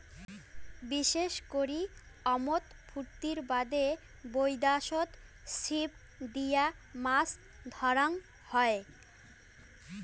বিশেষ করি আমোদ ফুর্তির বাদে বৈদ্যাশত ছিপ দিয়া মাছ ধরাং হই